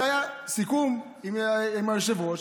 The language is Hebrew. על זה היה סיכום עם היושב-ראש,